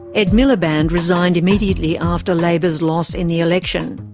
ed miliband resigned immediately after labour's loss in the election.